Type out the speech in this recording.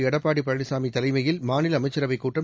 எடப்பாடி பழனிசாமி தலைமையில் மாநில அமைச்சரவைக் கூட்டம்